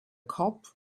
cop